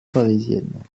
parisienne